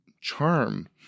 charm